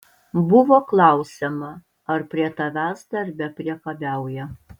buvo klausiama ar prie tavęs darbe priekabiauja